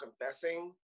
confessing